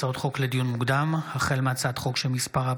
הצעות חוק לדיון מוקדם: החל מהצעת חוק שמספרה